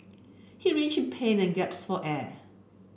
he pain and gasped for air